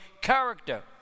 character